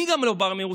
גם אני לא בא מרוסיה,